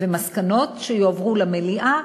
ומסקנות שיועברו למליאה,